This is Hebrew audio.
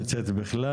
בכלל.